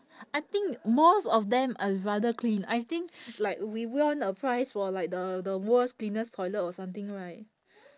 I think most of them are rather clean I think like we won a prize for like the the world's cleanest toilet or something right